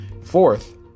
Fourth